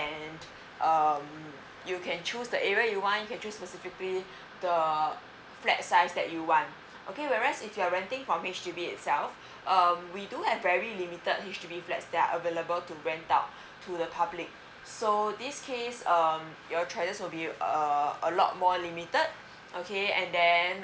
and um you can choose the area you want you can choose specifically the flat size that you want okay whereas if you're renting from H_D_B itself uh we do have very limited H_D_B flats that are available to rent out to the public so this case um your choices will be uh a lot more limited okay and then